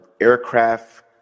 aircraft